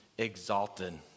exalted